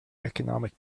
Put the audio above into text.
economic